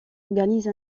organise